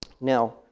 Now